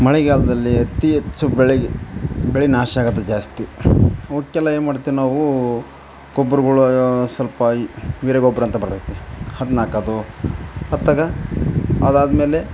ಮಳೆಗಾಲದಲ್ಲಿ ಅತಿ ಹೆಚ್ಚು ಬೆಳೆಗೆ ಬೆಳೆ ನಾಶ ಆಗೋದೇ ಜಾಸ್ತಿ ಅವಕೆಲ್ಲ ಏನು ಮಾಡ್ತೇವೆ ನಾವೂ ಗೊಬ್ರಗೊಳು ಸ್ವಲ್ಪ ಈ ವೀರಗೊಬ್ರ ಅಂತ ಬರ್ತದೆ ಅದ್ನು ಹಾಕೋದು ಪತ್ತಗ ಅದು ಆದಮೇಲೆ